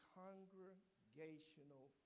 congregational